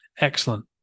excellent